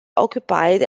occupied